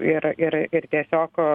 ir ir ir tiesiog